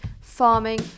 farming